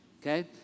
okay